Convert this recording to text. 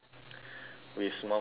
with small kids even